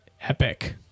epic